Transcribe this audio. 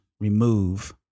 remove